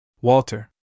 Walter